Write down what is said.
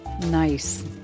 Nice